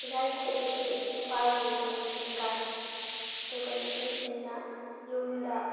ꯏꯔꯥꯏ ꯈꯨꯗꯤꯡꯒꯤ ꯅꯨꯄꯥꯁꯤꯡꯅ ꯃꯁꯖꯤꯠ ꯀꯥꯏ ꯑꯗꯨꯒ ꯅꯨꯄꯤꯁꯤꯡꯅ ꯌꯨꯝꯗ